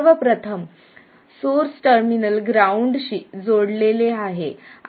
सर्व प्रथम source terminal ग्राउंडशी जोडलेले आहे